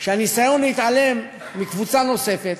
שהניסיון להתעלם מקבוצה נוספת,